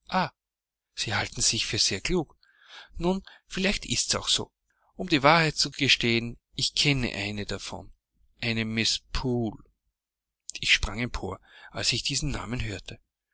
sie halten sich für sehr klug nun vielleicht ist's auch so um die wahrheit zu gestehen ich kenne eine davon eine mrs poole ich sprang empor als ich diesen namen hörte